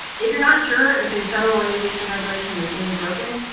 if you're not sure if a federal aviation regulation is being broken,